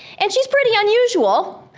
and she's pretty unusual.